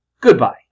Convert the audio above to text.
Goodbye